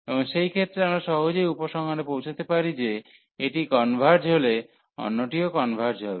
এবং সেই ক্ষেত্রে আমরা সহজেই উপসংহারে পৌঁছাতে পারি যে এটি কনভার্জ হলে অন্যটিও কনভার্জ হবে